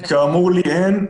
כאמור, לי אין.